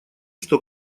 что